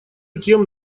тем